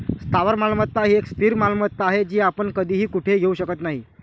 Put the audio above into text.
स्थावर मालमत्ता ही एक स्थिर मालमत्ता आहे, जी आपण कधीही कुठेही घेऊ शकत नाही